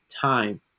time